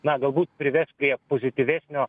na galbūt prives prie pozityvesnio